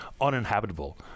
uninhabitable